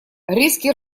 риски